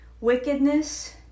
wickedness